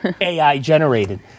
AI-generated